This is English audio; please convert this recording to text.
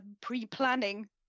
pre-planning